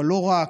אבל לא רק,